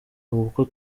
kuko